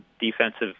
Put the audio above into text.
defensive